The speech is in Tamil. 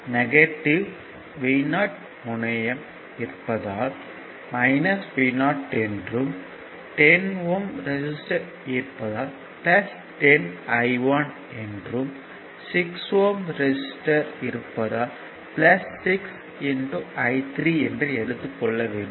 நெகட்டிவ் Vo முனையம் இருப்பதால் Vo என்றும் 10 ஓம் ரெசிஸ்டர் இருப்பதால் 10 I1 என்றும் 6 ஓம் ரெசிஸ்டர் இருப்பதால் 6 I3 என்று எடுத்துக் கொள்ள வேண்டும்